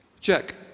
check